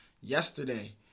yesterday